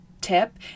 tip